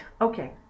Okay